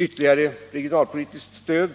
Ytterligare regionalpolitiskt stöd